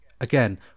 again